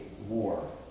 war